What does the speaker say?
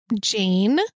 Jane